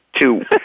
two